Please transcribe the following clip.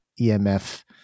EMF